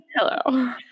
hello